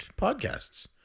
podcasts